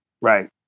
right